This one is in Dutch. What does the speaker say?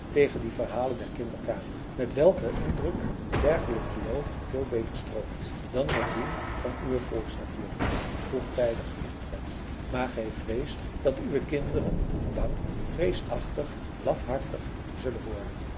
tegen die verhalen der kinderkamer met welker indruk een dergelijk geloof veel beter strookt dan met dien van uwe volksnatuurkunde vroegtijdig ingeprent maar gij vreest dat uwe kinderen bang vreesachtig lafhartig zullen worden